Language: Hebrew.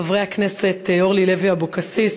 חברי הכנסת אורלי לוי אבקסיס,